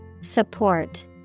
Support